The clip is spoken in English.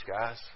guys